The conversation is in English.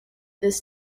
this